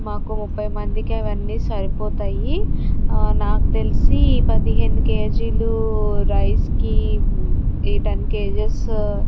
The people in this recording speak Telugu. మాకు ముప్పై మందికి ఇవన్నీ సరిపోతాయి నాకు తెల్సి పదిహేను కేజీలు రైస్కి ఈ టెన్ కేజిస్